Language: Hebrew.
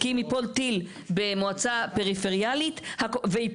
כי אם ייפול טיל במועצה פריפריאלית וייפול